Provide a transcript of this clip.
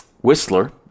Whistler